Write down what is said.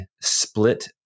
split